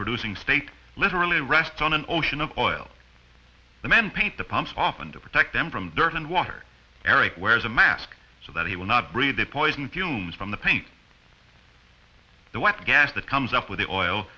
producing state literally rests on an ocean of oil the men paint the pumps often to protect them from dirt and water eric wears a mask so that he will not breathe the poison fumes from the pain the what gas that comes up with the oil